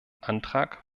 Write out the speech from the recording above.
antrag